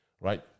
right